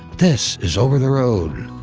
this is over the road.